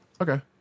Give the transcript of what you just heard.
Okay